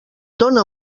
dóna